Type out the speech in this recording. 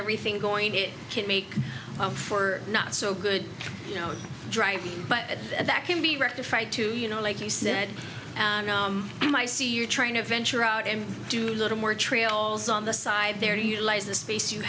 everything going it can make for not so good you know driving but that can be rectified too you know like you said i see you're trying to venture out and do little more trails on the side there to utilize the space you